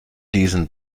diesen